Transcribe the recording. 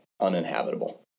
uninhabitable